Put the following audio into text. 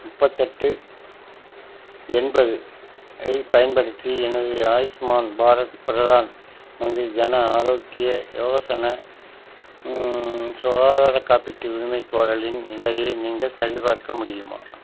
முப்பத்தெட்டு எண்பது ஐப் பயன்படுத்தி எனது ஆயுஷ்மான் பாரத் பிரதான் மந்திரி ஜன ஆரோக்ய யோசன சுகாதார காப்பீட்டு உரிமைக் கோரலின் நிலையை நீங்கள் சரிபார்க்க முடியுமா